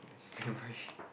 never mind